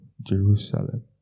Jerusalem